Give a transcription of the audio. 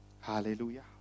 Hallelujah